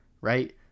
right